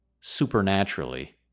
supernaturally